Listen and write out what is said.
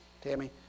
Tammy